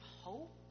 hope